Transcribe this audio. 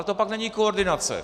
To ale pak není koordinace.